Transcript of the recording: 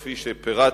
כפי שפירטתי,